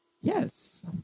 Yes